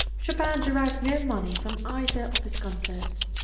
chopin derived no money from either of his concerts.